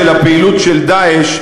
של הפעילות של "דאעש",